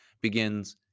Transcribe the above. begins